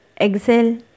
exhale